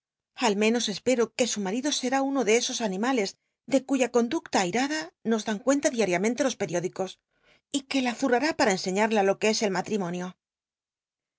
al menos e pe o que su marido será uno de esos animales de cuya conduela ail'ada nos dan cuenta dial'iamenle jos periódicos y que la zurrará para enseñarla lo que es el mátrimonio